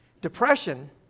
Depression